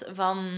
van